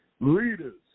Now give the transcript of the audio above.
leaders